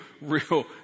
real